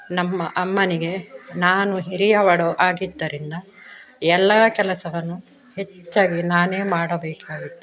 ನಮ್ಮ ಅಮ್ಮನಿಗೆ ನಾನು ಹಿರಿಯವಳು ಆಗಿದ್ದರಿಂದ ಎಲ್ಲ ಕೆಲಸವನ್ನು ಹೆಚ್ಚಾಗಿ ನಾನೇ ಮಾಡಬೇಕಾಗಿತ್ತು